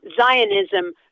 Zionism